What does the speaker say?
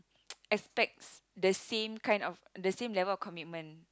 expects the same kind of the same level of commitment